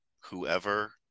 whoever